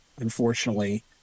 unfortunately